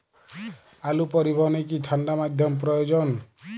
আলু পরিবহনে কি ঠাণ্ডা মাধ্যম প্রয়োজন?